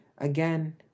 Again